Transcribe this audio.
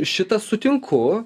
šitą sutinku